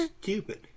stupid